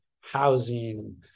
housing